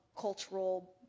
cultural